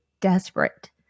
desperate